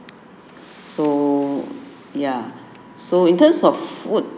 so ya so in terms of food